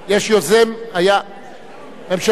ממשלתי.